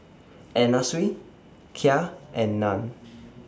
Anna Sui Kia and NAN